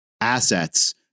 assets